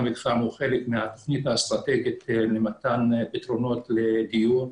תכנון המתחם הוא חלק מהתוכנית האסטרטגית למתן פתרונות לדיור,